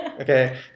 Okay